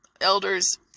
elders